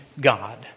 God